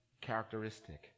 characteristic